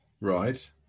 Right